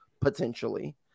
potentially